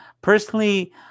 Personally